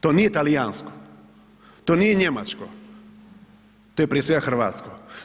To nije talijansko, to nije Njemačko, to je prije svega Hrvatsko.